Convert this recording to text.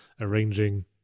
arranging